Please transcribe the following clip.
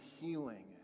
healing